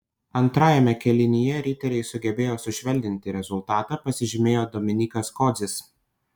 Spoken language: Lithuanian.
antrajame kėlinyje riteriai sugebėjo sušvelninti rezultatą pasižymėjo dominykas kodzis